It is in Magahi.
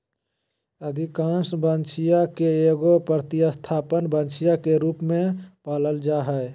अधिकांश बछिया के एगो प्रतिस्थापन बछिया के रूप में पालल जा हइ